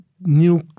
New